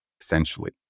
essentially